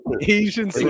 Asian